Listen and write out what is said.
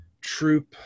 Troop